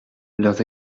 leurs